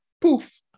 Poof